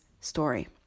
story